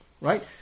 Right